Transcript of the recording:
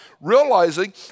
realizing